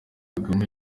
kagame